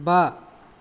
बा